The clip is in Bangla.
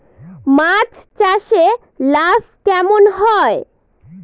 মাছ চাষে লাভ কেমন হয়?